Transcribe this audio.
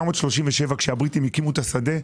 משנת 1937, עת הבריטים הקימו את השדה.